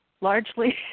largely